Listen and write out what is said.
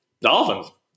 Dolphins